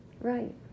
right